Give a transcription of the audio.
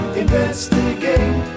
investigate